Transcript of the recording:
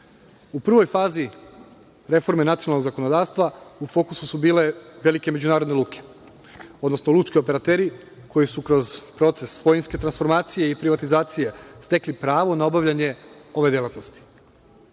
prvoj fazi reforme nacionalnog zakonodavstva u fokusu su bile velike međunarodne luke, odnosno lučki operateri koji su kroz proces svojinske transformacije i privatizacije stekli pravo na obavljanje ove delatnosti. Usvajanjem